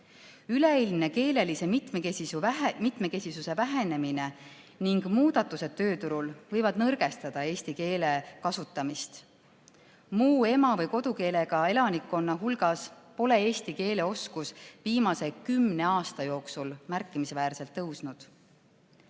Üleüldine keelelise mitmekesisuse vähenemine ning muudatused tööturul võivad nõrgestada eesti keele kasutamist. Muu ema- või kodukeelega elanikkonna hulgas pole eesti keele oskus viimase kümne aasta jooksul märkimisväärselt paranenud.